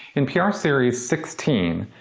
in pr ah series sixteen,